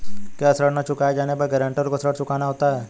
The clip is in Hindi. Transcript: क्या ऋण न चुकाए जाने पर गरेंटर को ऋण चुकाना होता है?